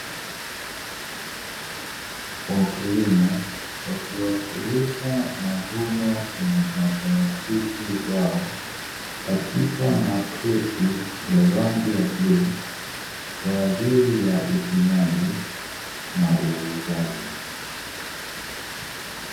Wakulima wakiwasilisha mavuno ya maparachichi yao katika makreti ya rangi ya bluu kwa ajili ya upimaji na uuzaji.